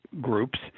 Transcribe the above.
groups